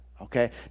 okay